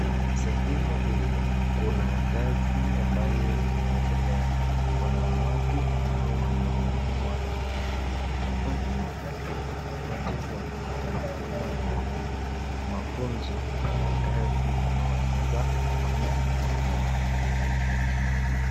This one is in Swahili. Sehemu hii, kuna kazi ambayo inaendelea. Kuna watu ambao wanahudumiwa na hapa ni mahali watu wanapata huduma la mafunzo ya kazi ambayo wanaweza kufanya na kutatua.